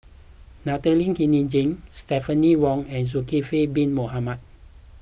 Natalie Hennedige Stephanie Wong and Zulkifli Bin Mohamed